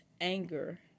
anger